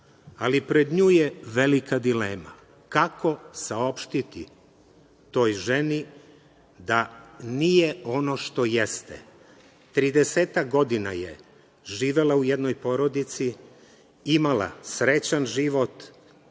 Pred njom je velika dilema. Kako saopštiti toj ženi da nije ono što jeste? Tridesetak godina je živela u jednoj porodici, imala srećan život,